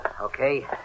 Okay